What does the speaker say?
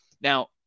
Now